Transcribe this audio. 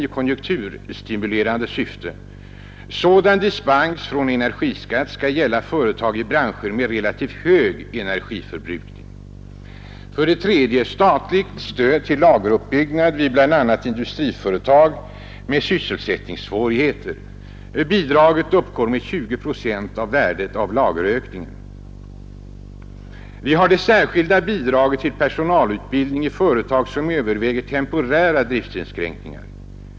Sådan dispens, som ges i konjunkturstimulerande syfte, skall gälla företag i branscher med relativt hög energiförbrukning. 3. Vi har det statliga stödet till lageruppbyggnad vid bl.a. industriföretag med sysselsättningssvårigheter. Bidraget utgår med 20 procent av lagerökningen. 4. Likaså har vi det särskilda bidraget till personalutbildning i företag som överväger temporära driftinskränkningar.